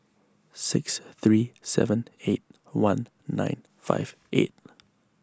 six three seven eight one nine five eight